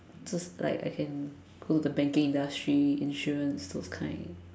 just like I can go the banking industry insurance those kind